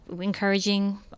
encouraging